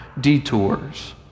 detours